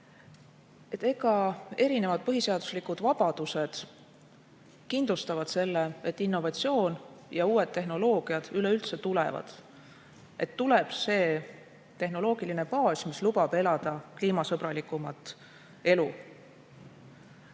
aga erinevad põhiseaduslikud vabadused kindlustavad selle, et innovatsioon ja uued tehnoloogiad üleüldse tulevad, et tuleb see tehnoloogiline baas, mis lubab elada kliimasõbralikumat elu.